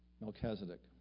Melchizedek